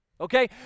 Okay